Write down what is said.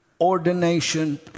ordination